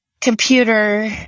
computer